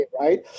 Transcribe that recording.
Right